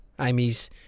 Amy's